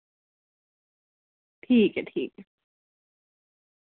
ठीक ऐ ठीक ऐ